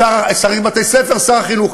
שר השיכון, צריך חינוך, צריך בתי-ספר, שר החינוך.